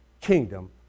kingdom